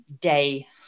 day